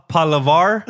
Palavar